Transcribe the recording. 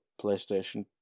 PlayStation